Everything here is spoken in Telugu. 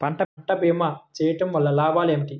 పంట భీమా చేయుటవల్ల లాభాలు ఏమిటి?